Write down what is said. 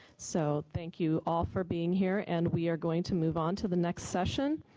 so thank you all for being here and we are going to move on to the next session,